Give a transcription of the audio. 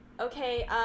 okay